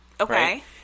Okay